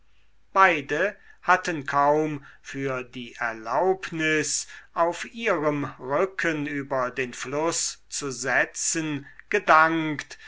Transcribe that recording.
beide hatten kaum für die erlaubnis auf ihrem rücken über den fluß zu setzen gedankt